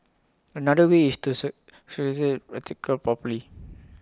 another way is to article properly